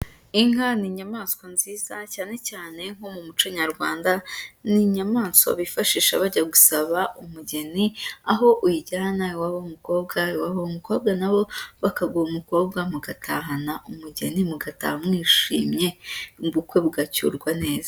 Inka ni inyamaswa nziza, cyane cyane nko mu muco Nyarwanda, ni inyamaswa bifashisha bajya gusaba umugeni, aho uyijyana iwabo w'umukobwa, iwabo w'umukobwa nabo bakaguha umukobwa, mugatahana umugeni, mu gataha mwishimye, ubukwe bugacyurwa neza.